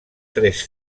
tres